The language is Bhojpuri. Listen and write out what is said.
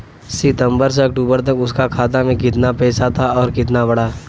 सितंबर से अक्टूबर तक उसका खाता में कीतना पेसा था और कीतना बड़ा?